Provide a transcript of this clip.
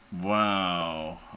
wow